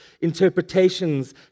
interpretations